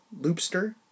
Loopster